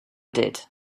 did